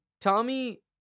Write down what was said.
Tommy